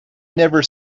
never